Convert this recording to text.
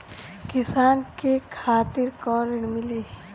किसान के खातिर कौन ऋण मिली?